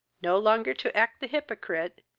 no longer to act the hypocrite,